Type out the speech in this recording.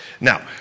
Now